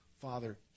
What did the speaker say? Father